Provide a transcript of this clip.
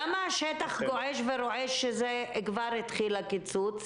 למה השטח גועש ורועש שהתחיל כבר הקיצוץ?